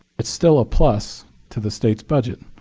it's still a plus to the state's budget.